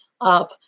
up